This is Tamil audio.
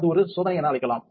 அது ஒரு சோதனை என அழைக்கலாம்